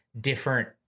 different